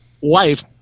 wife